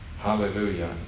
hallelujah